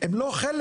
הם לא חלק